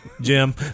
jim